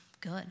good